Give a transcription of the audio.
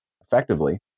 effectively